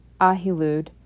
Ahilud